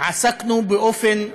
עסקנו באופן מעמיק,